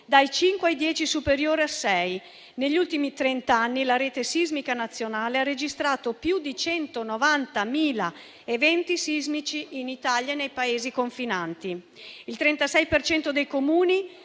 ai dieci superiori a sei. Negli ultimi trent'anni, la rete sismica nazionale ha registrato più di 190.000 eventi sismici in Italia e nei Paesi confinanti. Il 36 per cento